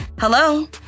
Hello